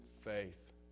faith